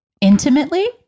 Intimately